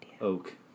Oak